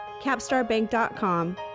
capstarbank.com